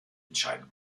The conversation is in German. entscheiden